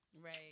Right